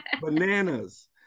Bananas